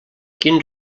quin